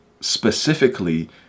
specifically